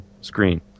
screen